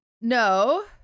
no